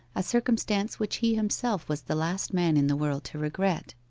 a circumstance which he himself was the last man in the world to regret.